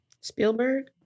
spielberg